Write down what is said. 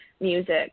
music